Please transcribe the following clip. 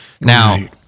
Now